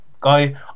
guy